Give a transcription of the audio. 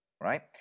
Right